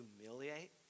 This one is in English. humiliate